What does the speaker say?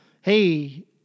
Hey